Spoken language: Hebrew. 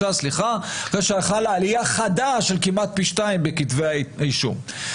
אחרי שחלה עלייה חדה של כמעט פי שתיים בכתבי האישום.